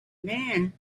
man